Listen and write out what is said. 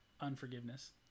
Unforgiveness